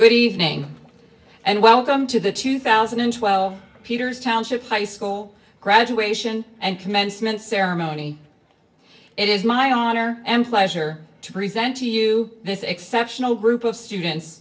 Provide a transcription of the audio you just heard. good evening and welcome to the two thousand and twelve peters township high school graduation and commencement ceremony it is my honor and pleasure to present to you this exceptional group of students